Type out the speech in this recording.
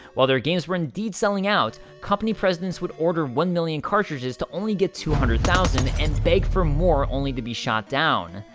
while their games were indeed selling out, company presidents would order one million cartridges to only get two hundred thousand, and beg for more only to be shot down.